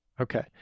Okay